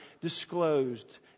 disclosed